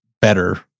better